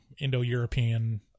Indo-European